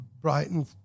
Brighton